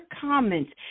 comments